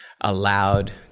allowed